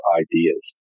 ideas